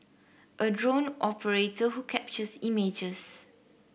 a drone operator who captures images